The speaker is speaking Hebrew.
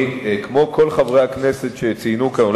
כמו כל חברי הכנסת שציינו כאן,